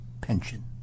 pension